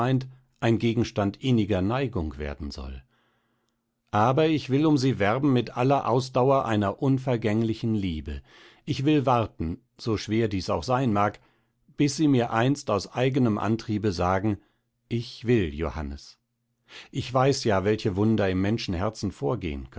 ein gegenstand inniger neigung werden soll aber ich will um sie werben mit aller ausdauer einer unvergänglichen liebe ich will warten so schwer dies auch sein mag bis sie mir einst aus eigenem antriebe sagen ich will johannes ich weiß ja welche wunder im menschenherzen vorgehen